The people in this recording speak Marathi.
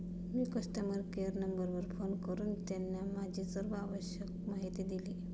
मी कस्टमर केअर नंबरवर फोन करून त्यांना माझी सर्व आवश्यक माहिती दिली